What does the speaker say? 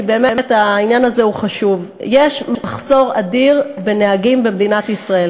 כי באמת העניין הזה הוא חשוב: יש מחסור אדיר בנהגים במדינת ישראל.